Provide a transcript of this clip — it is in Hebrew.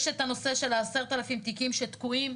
יש את הנושא של 10,000 תיקים שתקועים.